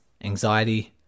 anxiety